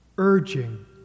urging